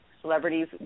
celebrities